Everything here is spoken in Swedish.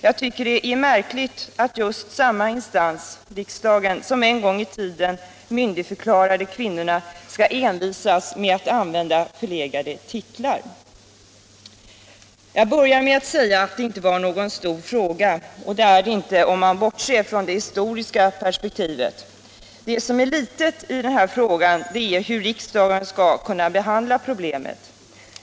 Jag tycker det är märkligt att just samma instans — riksdagen — som en gång i tiden myndigförklarade kvinnorna skall envisas med att använda förlegade titlar. Jag började med att säga att detta inte är någon stor fråga, och det är det inte om man bortser från det historiska perspektivet. Det som är litet i den här frågan gäller hur riksdagen skall kunna behandla problemet.